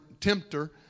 tempter